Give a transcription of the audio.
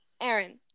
aaron